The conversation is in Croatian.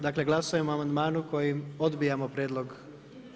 Dakle glasujemo o amandmanu koji odbijamo prijedlog.